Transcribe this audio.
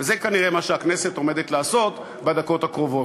וזה כנראה מה שהכנסת עומדת לעשות בדקות הקרובות.